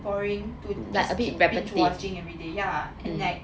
boring too like to keep binge watching everyday ya and like